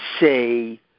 say